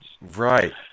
Right